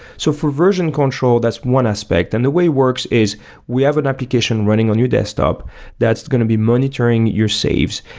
so for version control, that's one aspect. and the way it works is we have an application running on your desktop that's going to be monitoring your saves.